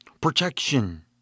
protection